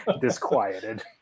disquieted